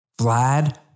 Vlad